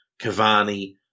Cavani